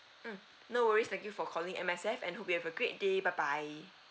mm no worries thank you for calling M_S_F and hope you have a great day bye bye